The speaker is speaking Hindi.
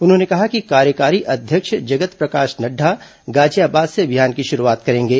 उन्होंने कहा कि कार्यकारी अध्य्यक्ष जगत प्रकाश नड़ढ़ा गाजियाबाद से अभियान की शुरूआत करेंगे